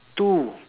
to